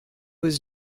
was